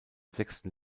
sechsten